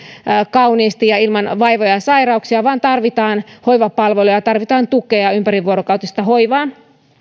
kauniisti ja ilman vaivoja ja sairauksia vaan tarvitaan hoivapalveluja ja tarvitaan tukea ja ja ympärivuorokautista hoivaa